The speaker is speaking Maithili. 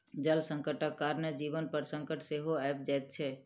जल संकटक कारणेँ जीवन पर संकट सेहो आबि जाइत छै